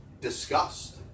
discussed